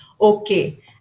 okay